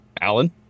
alan